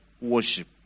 worship